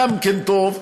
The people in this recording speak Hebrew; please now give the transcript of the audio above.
גם כן טוב,